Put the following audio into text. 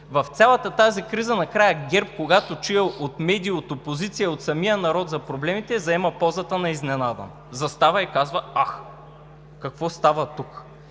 В цялата тази криза накрая когато ГЕРБ чуят от медии, от опозиция, от самия народ за проблемите, заема позата на изненадан, застава и казва: „Ах, какво става тук?!“